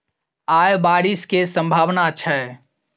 आय बारिश केँ सम्भावना छै?